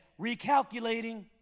recalculating